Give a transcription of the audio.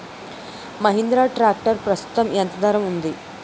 Mahindra tractor ప్రస్తుతం ఎంత ధర ఉంది?